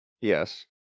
Yes